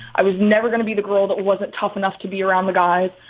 i was never gonna be the girl that wasn't tough enough to be around the guys.